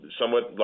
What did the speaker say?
somewhat